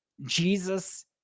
Jesus